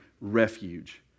refuge